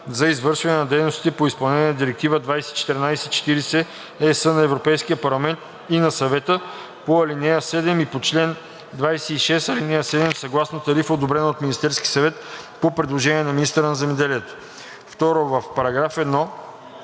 за извършване на дейностите по изпълнение на Директива 2014/40/ЕС на Европейския парламент и на Съвета по ал. 7 и по чл. 26а, ал. 7 съгласно тарифа, одобрена от Министерския съвет, по предложение на министъра на земеделието.“ 2. В § 1